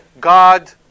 God